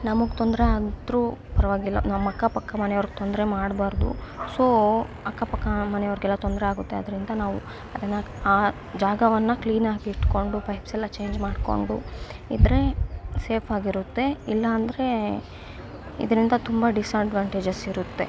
ನಮಗೆ ತೊಂದರೆ ಆದರೂ ಪರವಾಗಿಲ್ಲ ನಮ್ಮ ಅಕ್ಕಪಕ್ಕ ಮನೆಯವ್ರ್ಗೆ ತೊಂದರೆ ಮಾಡ್ಬಾರ್ದು ಸೋ ಅಕ್ಕಪಕ್ಕ ಮನೆಯವ್ರಿಗೆಲ್ಲ ತೊಂದರೆ ಆಗುತ್ತೆ ಅದರಿಂದ ನಾವು ಅದನ್ನು ಆ ಜಾಗವನ್ನು ಕ್ಲೀನಾಗಿ ಇಟ್ಕೊಂಡು ಪೈಪ್ಸ್ ಎಲ್ಲ ಚೇಂಜ್ ಮಾಡಿಕೊಂಡು ಇದ್ದರೆ ಸೇಫ್ ಆಗಿರುತ್ತೆ ಇಲ್ಲಾಂದ್ರೇ ಇದರಿಂದ ತುಂಬ ಡಿಸ್ಅಡ್ವಾಂಟೇಜಸ್ ಇರುತ್ತೆ